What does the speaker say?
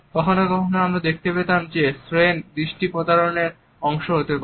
কখনও কখনও আমরা দেখতে পেতাম যে শ্যেন দৃষ্টি প্রতারণার অংশও হতে পারে